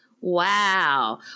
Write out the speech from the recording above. Wow